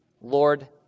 Lord